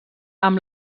amb